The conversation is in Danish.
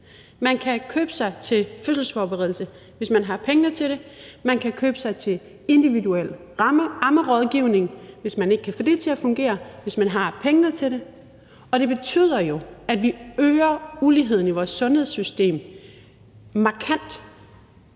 Man kan købe sig til fødselsforberedelse, hvis man har pengene til det. Hvis man ikke kan få amningen til at fungere, kan man købe sig til individuel ammerådgivning, hvis man har pengene til det. Og det betyder jo, at vi øger uligheden i vores sundhedssystem markant,